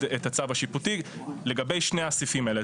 את הצו השיפוטי לגבי שני הסעיפים האלה.